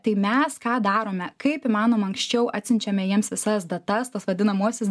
tai mes ką darome kaip įmanoma anksčiau atsiunčiame jiems visas datas tas vadinamuosius